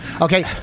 okay